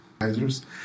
advisors